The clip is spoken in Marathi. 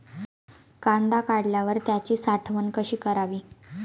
कांदा काढल्यावर त्याची साठवण कशी करावी?